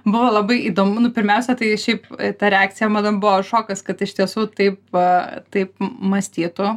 buvo labai įdomu nu pirmiausia tai šiaip ta reakcija mano buvo šokas kad iš tiesų taip va taip m mąstytų